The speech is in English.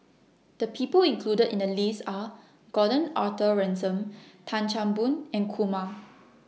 The People included in The list Are Gordon Arthur Ransome Tan Chan Boon and Kumar